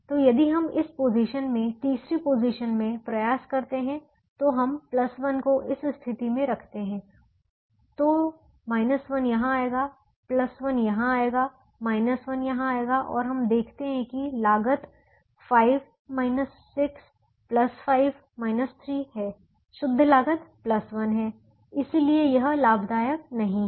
तो यदि हम इस पोजीशन में तीसरी पोजीशन में प्रयास करते हैं तो अगर हम 1 को इस स्थिति में रखते हैं तो 1 यहां आएगा 1 यहां आएगा 1 यहां आएगा और हम देखते हैं कि लागत 5 6 5 3 है शुद्ध लागत 1 है इसलिए यह लाभदायक नहीं है